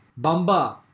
Bamba